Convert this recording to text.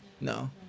No